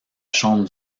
chambre